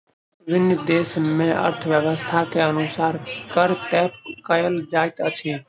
विभिन्न देस मे अर्थव्यवस्था के अनुसार कर तय कयल जाइत अछि